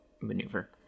maneuver